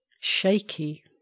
Shaky